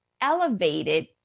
elevated